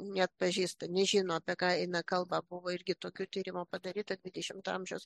neatpažįsta nežino apie ką eina kalba buvo irgi tokių tyrimų padaryta dvidešimt amžiaus